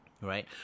right